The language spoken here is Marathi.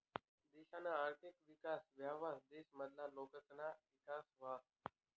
देशना आर्थिक विकास व्हवावर देश मधला लोकसना ईकास व्हस